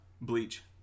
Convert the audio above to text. bleach